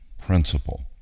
principle